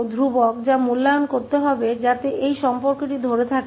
तो𝐴 𝐵 𝐶 constants हैं जिनका मूल्यांकन किया जाना है ताकि यह संबंध बना रहे